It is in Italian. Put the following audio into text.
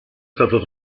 stato